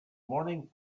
morning